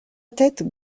tête